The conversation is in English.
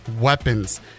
weapons